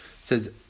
says